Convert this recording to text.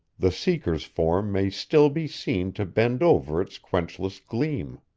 the seeker's form may still be seen to bend over its quenchless gleam.